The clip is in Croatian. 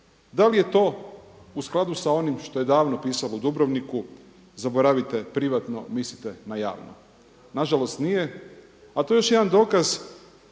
da li je to u skladu sa onim što je davno pisalo u Dubrovniku zaboravite privatno, mislite na javno. Na žalost nije, a to je još jedan dokaz